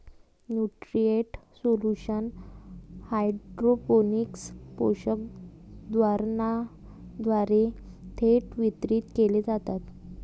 nutrient solution hydroponics पोषक द्रावणाद्वारे थेट वितरित केले जातात